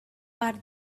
are